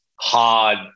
hard